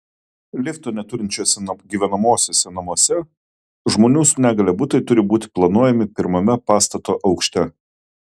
lifto neturinčiuose gyvenamuosiuose namuose žmonių su negalia butai turi būti planuojami pirmame pastato aukšte